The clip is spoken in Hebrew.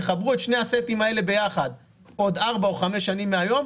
תחברו את שני הסטים האלה ביחד עוד ארבע או חמש שנים מהיום,